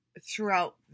throughout